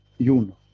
Yuno